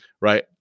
right